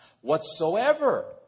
Whatsoever